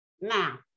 Now